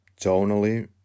tonally